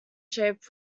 shape